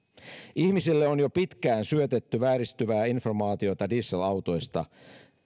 ihmisille on jo pitkään syötetty vääristyvää informaatiota dieselautoista